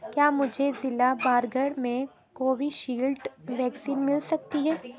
کیا مجھے ضلع بارگڑھ میں کووِشیلڈ ویکسین مل سکتی ہے